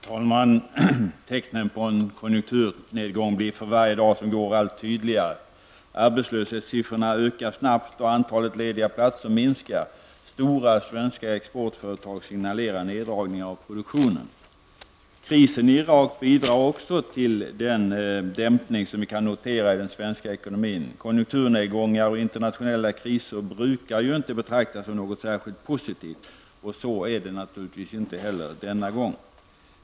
Fru talman! Tecknen på en konjunkturrnedgång blir för varje dag som går allt tydligare. Arbetslöshetssiffrorna ökar snabbt och antalet lediga platser minskar. Stora svenska exportföretag signalerar neddragningar av produktionen. Också krisen i Irak bidrar till den dämpning som vi kan notera i den svenska ekonomin. Konjunkturnedgångar och internationella kriser brukar ju inte betraktas som någon särskilt positivt, och så är det naturligtvis inte heller denna gång.